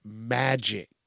magic